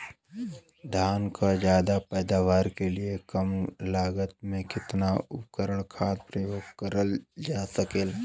धान क ज्यादा पैदावार के लिए कम लागत में कितना उर्वरक खाद प्रयोग करल जा सकेला?